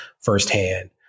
firsthand